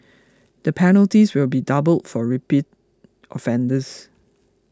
the penalties will be doubled for repeat offenders